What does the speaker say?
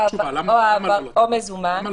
או מזומן --- מה התשובה?